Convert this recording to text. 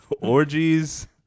Orgies